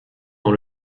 dans